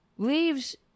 Leaves